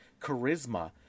charisma